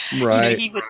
Right